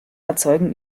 erzeugen